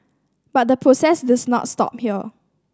but the process does not stop here